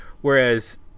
whereas